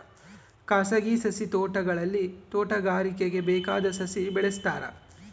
ಖಾಸಗಿ ಸಸಿ ತೋಟಗಳಲ್ಲಿ ತೋಟಗಾರಿಕೆಗೆ ಬೇಕಾದ ಸಸಿ ಬೆಳೆಸ್ತಾರ